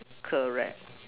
correct